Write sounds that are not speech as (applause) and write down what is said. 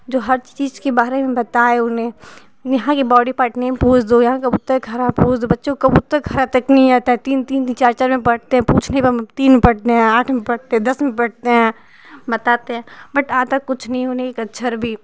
जो हर चीज के बारे में बताए उन्हें नेहा के बॉडी पार्ट नेम पूछ दो यहाँ का (unintelligible) खड़ा पूछ दो बच्चों को गुप्ता खड़ा तक नहीं आता है तीन तीन चार चार में पढ़ने है पूछने पर हम तीन में पढ़ते हैं आठ में पढ़ते दस में पढ़ते हैं बताते हैं बट आता कुछ नहीं है उन्हें एक अक्षर भी